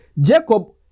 Jacob